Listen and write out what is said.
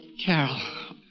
Carol